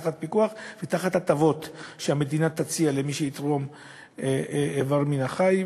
תחת פיקוח ותחת הטבות שהמדינה תציע למי שיתרום איבר מן החי,